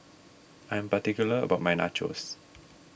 I am particular about my Nachos